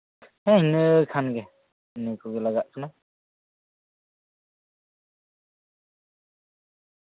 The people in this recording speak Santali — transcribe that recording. ᱦᱮᱸ ᱤᱱᱟᱹᱠᱷᱟᱱ ᱜᱮ ᱤᱱᱟᱹ ᱠᱚᱜᱮ ᱞᱟᱜᱟᱜ ᱠᱟᱱᱟ